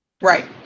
Right